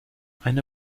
eine